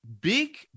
Big